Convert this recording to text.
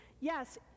yes